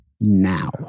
now